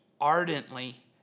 ardently